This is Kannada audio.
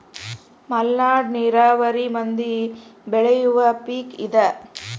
ಮಲ್ನಾಡ ನೇರಾವರಿ ಮಂದಿ ಬೆಳಿಯುವ ಪಿಕ್ ಇದ